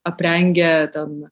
aprengia ten